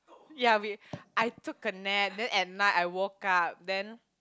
ya we I took a nap then at night I woke up then